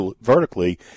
vertically